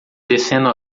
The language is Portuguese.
descendo